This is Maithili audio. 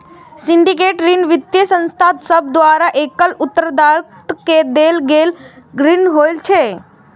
सिंडिकेट ऋण वित्तीय संस्थान सभ द्वारा एकल उधारकर्ता के देल गेल ऋण होइ छै